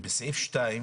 בסדר לגבי סעיף קטן